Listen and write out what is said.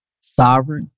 sovereign